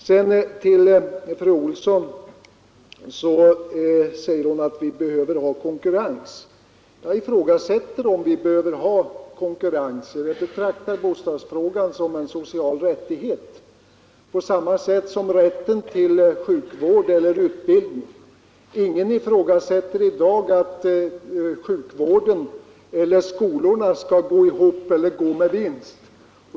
Fru Olsson i Hölö framhöll att vi behöver ha konkurrens. Jag ifrågasätter detta. Jag betraktar en bra bostad såsom en social rättighet på samma sätt som rätten till sjukvård eller utbildning. Ingen begär i dag att sjukvård eller skolväsende skall gå med vinst.